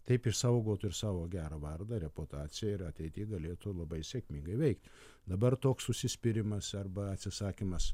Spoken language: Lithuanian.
taip išsaugotų ir savo gerą vardą reputaciją ir ateity galėtų labai sėkmingai veikti dabar toks užsispyrimas arba atsisakymas